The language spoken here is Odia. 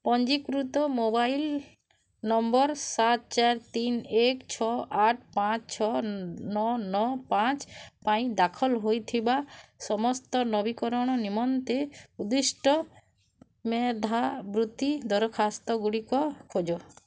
ପଞ୍ଜୀକୃତ ମୋବାଇଲ୍ ନମ୍ବର୍ ସାତ ଚାର ତିନ ଏକ ଛଅ ଆଠ ପାଞ୍ଚ ଛଅ ନଅ ନଅ ପାଞ୍ଚ ପାଇଁ ଦାଖଲ ହୋଇଥିବା ସମସ୍ତ ନବୀକରଣ ନିମନ୍ତେ ଉଦ୍ଦିଷ୍ଟ ମେଧାବୃତ୍ତି ଦରଖାସ୍ତ ଗୁଡ଼ିକ ଖୋଜ